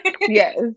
Yes